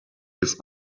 his